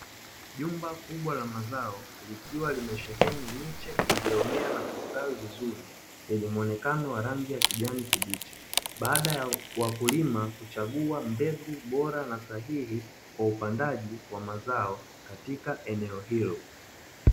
Jumba kubwa la mazao likiwa limesheheni miche iliyomea na kustawi vizuri, yenye muonekano wa rangi ya kijani kibichi, baada ya wakulima kuchagua mbegu bora na sahihi kwa upandaji wa mazao, katika eneo hilo.